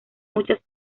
muchas